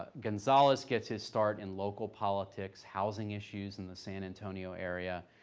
ah gonzales gets his start in local politics, housing issues in the san antonio area.